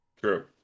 True